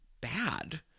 bad